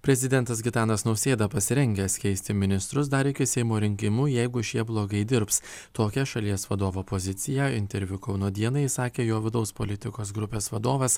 prezidentas gitanas nausėda pasirengęs keisti ministrus dar iki seimo rinkimų jeigu šie blogai dirbs tokią šalies vadovo poziciją interviu kauno dienai išsakė jo vidaus politikos grupės vadovas